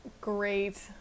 Great